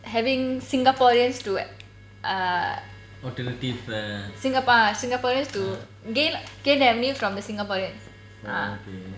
having singaporeans to err singap~ ah singaporeans to gain gain from the singaporeans ah